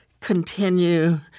continue